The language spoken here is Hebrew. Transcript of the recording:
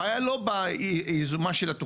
הבעיה היא לא בייזום התוכנית.